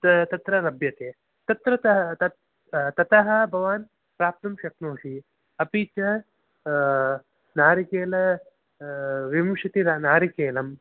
त तत्र लभ्यते तत्रतः ततः भवान् प्राप्तुं शक्नोति अपि च नारिकेलं विंशतिनारिकेलं